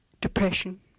Depression